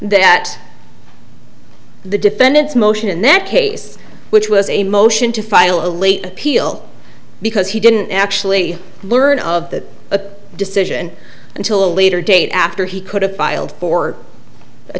that the defendants motion in that case which was a motion to file a late appeal because he didn't actually learn of that a decision until a later date after he could have filed for a